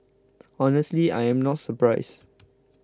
honestly I am not surprised